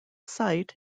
site